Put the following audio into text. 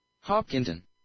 Hopkinton